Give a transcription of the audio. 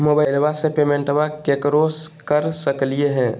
मोबाइलबा से पेमेंटबा केकरो कर सकलिए है?